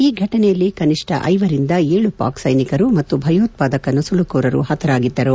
ಈ ಘಟನೆಯಲ್ಲಿ ಕನಿಷ್ಣ ಐವರಿಂದ ಏಳು ಪಾಕ್ ಸೈನಿಕರು ಮತ್ತು ಭಯೊತ್ತಾದಕ ನುಸುಳುಕೋರರು ಪತರಾಗಿದ್ದರು